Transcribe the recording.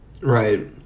Right